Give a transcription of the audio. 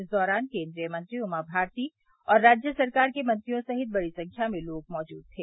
इस दौरान केन्द्रीय मंत्री उमा भारती और राज्य सरकार के मंत्रियों सहित बड़ी संख्या में लोग मौजूद थे